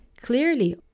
clearly